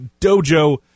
Dojo